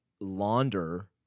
launder